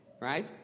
Right